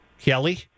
Kelly